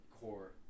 core